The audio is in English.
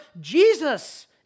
Jesus